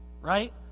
right